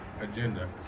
agenda